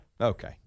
Okay